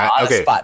Okay